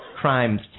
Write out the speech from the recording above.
Crimes